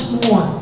more